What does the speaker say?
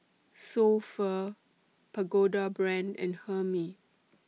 So Pho Pagoda Brand and Hermes